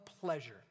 pleasure